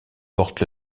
porte